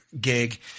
gig